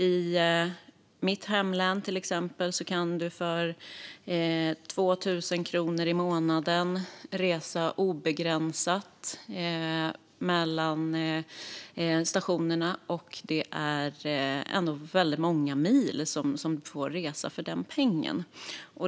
I mitt hemlän kan man till exempel resa obegränsat mellan stationerna för 2 000 kronor i månaden, och det är ändå väldigt många mil man får resa för den pengen.